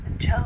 Joe